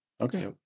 Okay